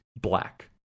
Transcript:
black